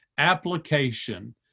application